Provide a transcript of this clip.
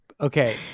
Okay